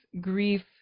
grief